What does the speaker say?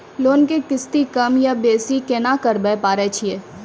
Loan के किस्ती कम या बेसी केना करबै पारे छियै?